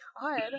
God